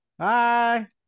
hi